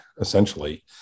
essentially